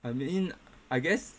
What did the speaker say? I mean I guess